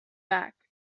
back